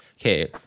Okay